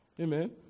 Amen